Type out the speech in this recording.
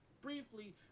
briefly